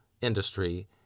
industry